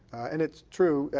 and it's true.